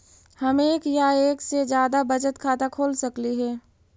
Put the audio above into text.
हम एक या एक से जादा बचत खाता खोल सकली हे?